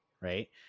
right